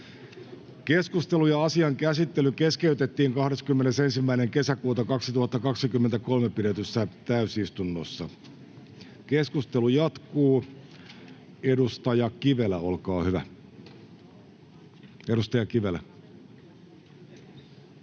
Keskustelu ja asian käsittely keskeytettiin 21.6.2023 pidetyssä täysistunnossa. — Keskustelu jatkuu. Edustaja Kivelä, olkaa hyvä. [Speech